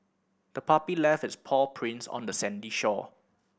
the puppy left its paw prints on the sandy shore